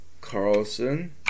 Carlson